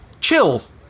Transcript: chills